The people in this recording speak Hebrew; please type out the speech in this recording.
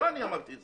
לא אני אמרתי את